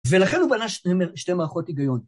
ולכן הוא בנה שתי מערכות היגיון.